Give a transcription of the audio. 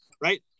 Right